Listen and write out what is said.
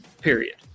Period